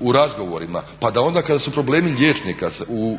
u razgovorima pa da onda kada su problemi liječnika u